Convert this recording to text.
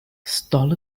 stall